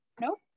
nope